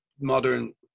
modern